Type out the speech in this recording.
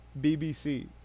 BBC